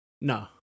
No